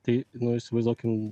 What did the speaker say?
tai nu įsivaizduokim